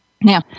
Now